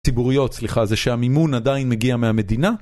ציבוריות, סליחה, זה שהמימון עדיין מגיע מהמדינה.